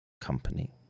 company